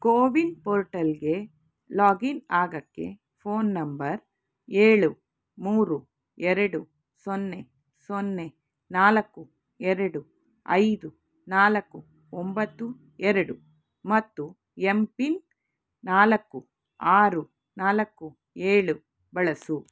ಕೋವಿನ್ ಪೋರ್ಟಲ್ಗೆ ಲಾಗಿನ್ ಆಗೋಕ್ಕೆ phone number ಏಳು ಮೂರು ಎರಡು ಸೊನ್ನೆ ಸೊನ್ನೆ ನಾಲ್ಕು ಎರಡು ಐದು ನಾಲ್ಕು ಒಂಬತ್ತು ಎರಡು ಮತ್ತು ಎಮ್ ಪಿನ್ ನಾಲ್ಕು ಆರು ನಾಲ್ಕು ಏಳು ಬಳಸು